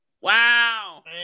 Wow